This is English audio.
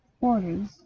orders